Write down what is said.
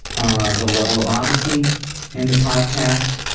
and the level of honesty in the podcast,